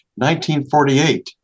1948